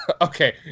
Okay